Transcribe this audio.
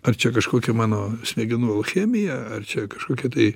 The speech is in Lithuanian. ar čia kažkokia mano smegenų chemija ar čia kažkokia tai